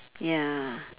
ya